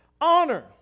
honor